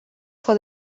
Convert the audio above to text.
for